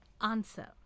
Answer